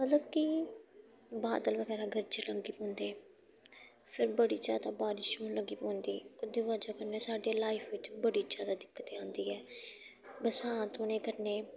मतलब कि बादल बगैरा गरज लगी पौंदे फिर बड़ी ज्यादा बारिश होन लग्गी पौंदी ओह्दी बजह कन्नै साढ़ी लाइफ बिच्च बड़ी जादा दिक्कत आंदी ऐ बरसांत होने कन्नै